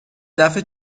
دفعه